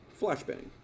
Flashbang